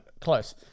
close